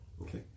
Okay